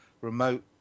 remote